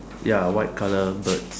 ya white colour birds